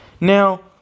Now